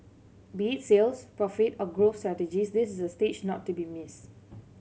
be it sales profit or growth strategies this is a stage not to be missed